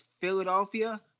Philadelphia